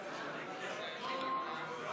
לוועדת הפנים והגנת הסביבה נתקבלה.